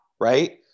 right